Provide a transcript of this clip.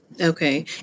Okay